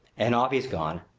and off he's gone.